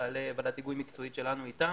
ועדת היגוי מקצועית שלנו איתם,